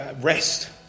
rest